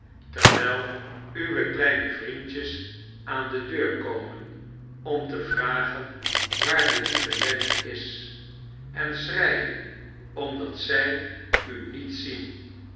terwijl uwe kleine vriendjes aan de deur komen om te vragen waar de lieve nelly is en schreien omdat zij u niet zien